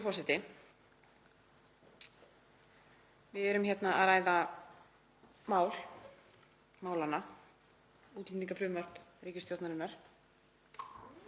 forseti. Við erum hérna að ræða mál málanna, útlendingafrumvarp ríkisstjórnarinnar.